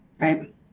right